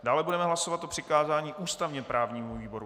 Dále budeme hlasovat o přikázání ústavněprávnímu výboru.